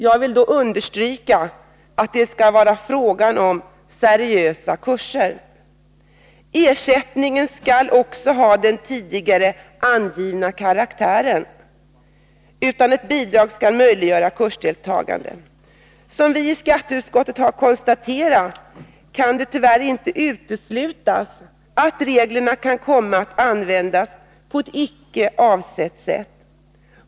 Jag vill då understryka att det skall vara fråga om seriösa kurser. Ersättningen skall också ha den tidigare angivna karaktären — utgöra ett bidrag för att möjliggöra kursdeltagandet. Som vi i skatteutskottet har konstaterat kan det tyvärr inte uteslutas att reglerna kan komma att användas på ett inte avsett sätt.